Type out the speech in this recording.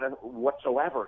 whatsoever